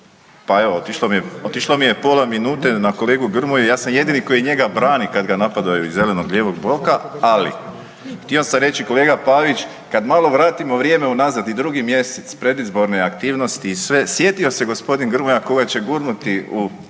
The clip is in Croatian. mi, otišlo mi je pola minute na kolegu Grmoju, ja sam jedini koji njega brani kad ga napadaju iz zeleno-lijevog bloka, ali htio sam reći, kolega Pavić, kad malo vratimo vrijeme unazad i drugi mjesec predizborne aktivnosti i sve, sjetio se g. Grmoja koga će gurnuti u